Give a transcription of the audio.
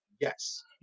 Yes